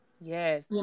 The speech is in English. yes